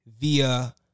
via